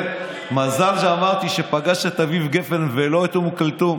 מזל שאמרתי שפגש את אביב גפן ולא את אום כולתום,